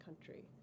country